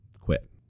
quit